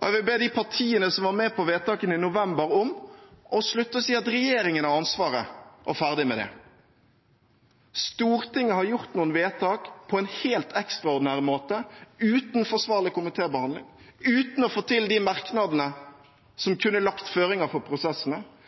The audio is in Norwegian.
Jeg vil be de partiene som var med på vedtakene i november, om å slutte å si at regjeringen har ansvaret – og ferdig med det. Stortinget har gjort noen vedtak på en helt ekstraordinær måte, uten forsvarlig komitébehandling, uten å få til de merknadene som kunne lagt føringer for prosessene,